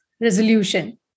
resolution